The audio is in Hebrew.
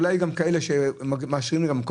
אולי גם כאלה שמאשרים להן,